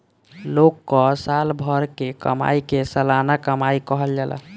लोग कअ साल भर के कमाई के सलाना कमाई कहल जाला